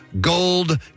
gold